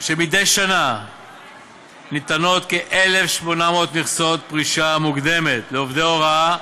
מדי שנה ניתנות כ-1,800 מכסות פרישה מוקדמת לעובדי הוראה,